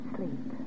Sleep